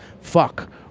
Fuck